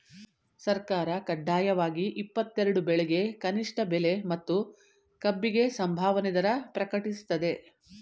ಸರ್ಕಾರ ಕಡ್ಡಾಯವಾಗಿ ಇಪ್ಪತ್ತೆರೆಡು ಬೆಳೆಗೆ ಕನಿಷ್ಠ ಬೆಲೆ ಮತ್ತು ಕಬ್ಬಿಗೆ ಸಂಭಾವನೆ ದರ ಪ್ರಕಟಿಸ್ತದೆ